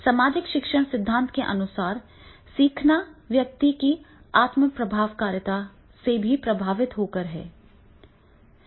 सामाजिक शिक्षण सिद्धांत के अनुसार सीखना व्यक्ति की आत्म प्रभावकारिता से भी प्रभावित होता है